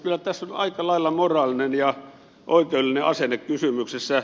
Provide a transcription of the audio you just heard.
kyllä tässä on aika lailla moraalinen ja oikeudellinen asenne kysymyksessä